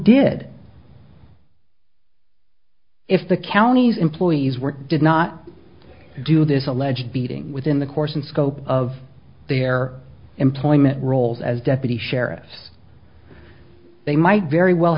did if the county's employees were did not do this alleged beating within the course and scope of their employment role as deputy sheriff they might very well